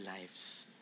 lives